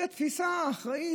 זו תפיסה אחראית.